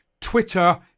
Twitter